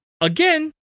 again